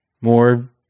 More